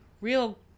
real